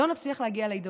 לא נצליח להגיע להידברות.